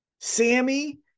Sammy